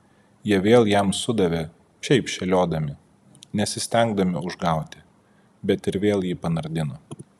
jie vėl jam sudavė šiaip šėliodami nesistengdami užgauti bet ir vėl jį panardino